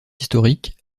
historique